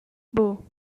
buc